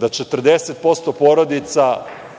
da 40% porodica